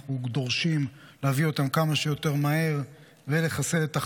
אנחנו דורשים להביא אותם כמה שיותר מהר ולחסל את החמאס,